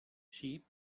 sheep